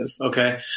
Okay